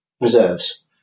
reserves